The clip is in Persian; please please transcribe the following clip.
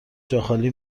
جاخالی